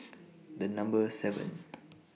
The Number seven